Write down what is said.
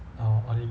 err oily